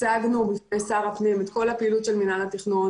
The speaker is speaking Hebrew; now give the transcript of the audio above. הצגנו בפני שר הפנים את כל של מנהל התכנון.